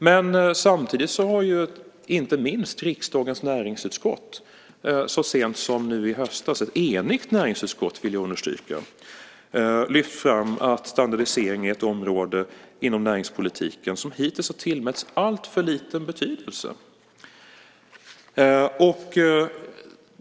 Men samtidigt har inte minst riksdagens näringsutskott så sent som i höstas - jag vill understryka att det var ett enigt näringsutskott - lyft fram att standardisering är ett område inom näringspolitiken som hittills har tillmätts alltför liten betydelse.